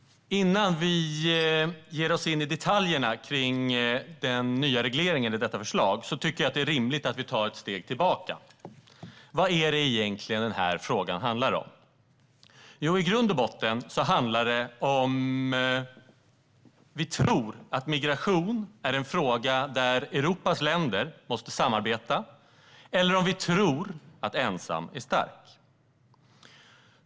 Innan vi ger oss in i detaljerna gällande den nya regleringen i detta förslag tycker jag att det är rimligt att vi tar ett steg tillbaka. Vad handlar egentligen denna fråga om? I grund och botten handlar detta om huruvida vi tror att migration är en fråga där Europas länder måste samarbeta eller om vi tror att ensam är stark.